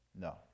No